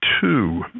two